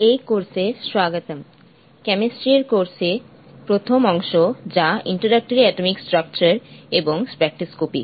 এই কোর্সে স্বাগতম কেমিস্ট্রি এর কোর্স এ প্রথম অংশ যা ইন্ট্রোডাক্টরি এটোমিক স্ট্রাকচার এবং স্পেকট্রোস্কোপি